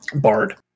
Bard